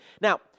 Now